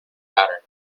pattern